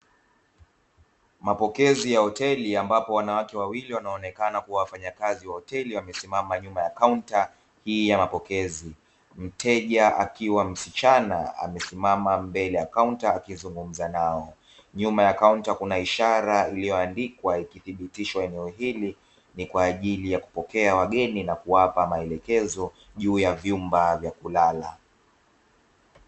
Mapokezi ya hoteli ambapo wanawake wawili wanaonekana kuwa wafanyakazi wa hoteli wamesimama nyuma ya kaunta hii ya mapokezi, mteja akiwa msichana amesimama mbele ya kaunta akizungumza nao; nyuma ya kaunta kuna ishara iliyoandikwa ikithibitishwa kuwa eneo ili ni kwa ajili ya kupokea wageni na kuwapa maelekezo juu ya vyumba vya kulala.